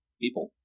people